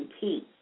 peace